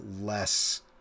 less